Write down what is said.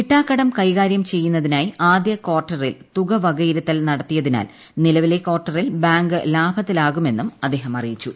കിട്ടാക്കടം കൈകാര്യം ചെയ്യുന്നതിനായി ആദ്യ കാർട്ടറിൽ തുക വകയിരുത്തൽ നടത്തിയതിനാൽ നിലവിലെ കാർട്ടറിൽ ബാങ്ക് ലാഭത്തിലാകുമെന്നും അദ്ദേഹം അറിയിച്ചു